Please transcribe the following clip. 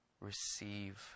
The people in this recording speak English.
Receive